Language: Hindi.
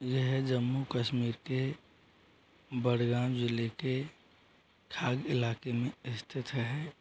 यह जम्मू कश्मीर के बडडगांम ज़िले के खाग इलाके में स्थित है